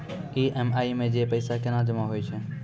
EMI मे जे पैसा केना जमा होय छै?